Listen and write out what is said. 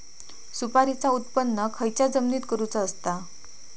सुपारीचा उत्त्पन खयच्या जमिनीत करूचा असता?